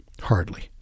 Hardly